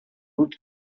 hood